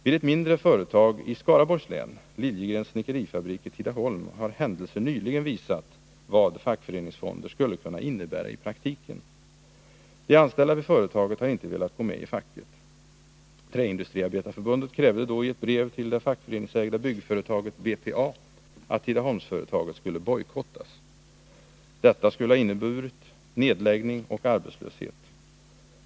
Vid ett mindre företag i Skaraborgs län, Liljegrens snickerifabrik i Tidaholm, har händelser nyligen visat vad fackföreningsfonder skulle kunna innebära i praktiken. De anställda vid företaget har inte velat gå med i facket. Träindustriarbetareförbundet krävde då i ett brev till det fackföreningsägda byggföretaget BPA att Tidaholmsföretaget skulle bojkottas. Detta skulle ha inneburit nedläggning och arbetslöshet.